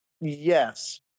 yes